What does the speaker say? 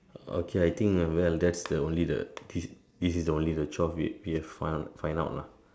okay I think ah well that's the only the this this is the only the twelve we've we've find out lah